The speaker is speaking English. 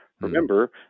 Remember